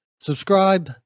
subscribe